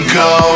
go